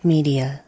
Media